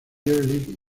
league